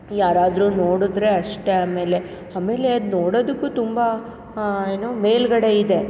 ಯಾರಾದರೂ ನೋಡಿದ್ರೆ ಅಷ್ಟೆ ಆಮೇಲೆ ಆಮೇಲೆ ಅದು ನೋಡೋದಕ್ಕೂ ತುಂಬ ಏನು ಮೇಲುಗಡೆ ಇದೆ